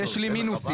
יש לי מינוסים.